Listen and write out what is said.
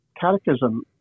catechism